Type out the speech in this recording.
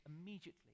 immediately